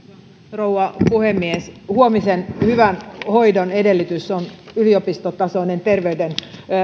rouva puhemies huomisen hyvän hoidon edellytys on yliopistotasoinen terveyden